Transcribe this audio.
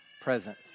presence